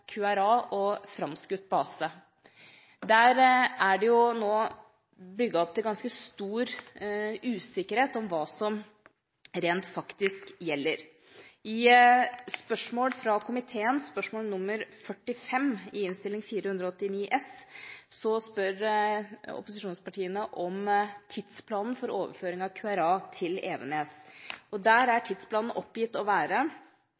QRA og framskutt base. Der er det nå bygget opp til ganske stor usikkerhet om hva som rent faktisk gjelder. I spørsmål fra komiteen – spørsmål nr. 45 i Innst. 489 S for 2012–2013 – spør opposisjonspartiene om tidsplanen for overføring av QRA til Evenes. Der er tidsplanen oppgitt å være